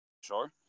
sure